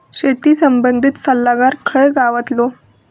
शेती संबंधित सल्लागार खय गावतलो?